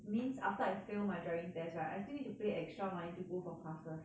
means after I fail my driving test right I still need to pay extra money to go for classes